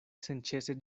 senĉese